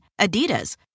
Adidas